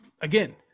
again